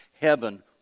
Heaven